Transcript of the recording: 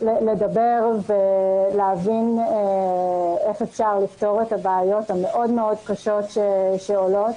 לדבר ולראות איך אפשר לפתור את הבעיות המאוד מאוד קשות שעולות.